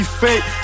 fake